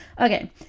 Okay